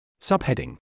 Subheading